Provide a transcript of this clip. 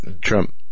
Trump